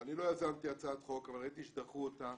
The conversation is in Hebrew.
אני לא יזמתי הצעת חוק אבל ראיתי שדחו אותה.